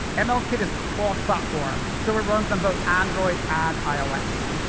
and ml kit is cross platform, so it runs on both android and ios.